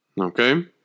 Okay